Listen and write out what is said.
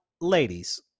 ladies